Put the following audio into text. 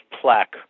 plaque